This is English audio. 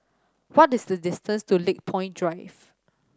what is the distance to Lakepoint Drive